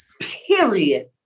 period